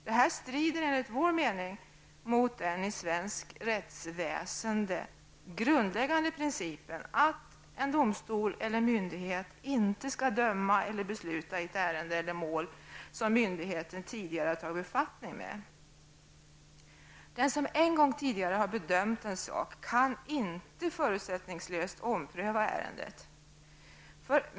Detta strider enligt vår mening mot den i svensk rättväsende grundläggande principen att en domstol eller myndighet inte skall kunna döma eller besluta i ett ärende eller mål som myndigheten tidigare tagit befattning med. Den som en gång tidigare har bedömt en sak kan inte förutsättningslöst ompröva ärendet.